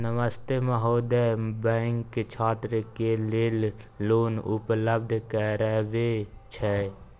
नमस्ते महोदय, बैंक छात्र के लेल लोन उपलब्ध करबे छै?